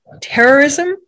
terrorism